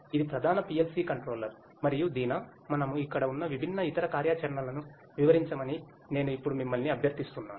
ఇది ప్రధాన PLC controller మరియు దీనా మనము ఇక్కడ ఉన్న విభిన్న ఇతర కార్యాచరణలను వివరించమని నేను ఇప్పుడు మిమ్మల్ని అభ్యర్థిస్తున్నాను